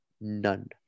None